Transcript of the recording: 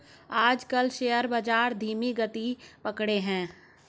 आजकल शेयर बाजार धीमी गति पकड़े हैं